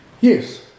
yes